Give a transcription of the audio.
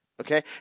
okay